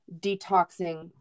detoxing